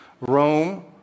rome